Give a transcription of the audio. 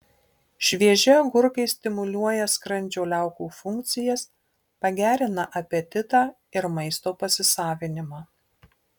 švieži agurkai stimuliuoja skrandžio liaukų funkcijas pagerina apetitą ir maisto pasisavinimą